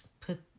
put